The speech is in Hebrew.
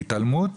התעלמות